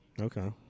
Okay